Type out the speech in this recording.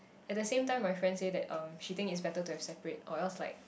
at the same time my friend say that um she think it's better to have separate or else like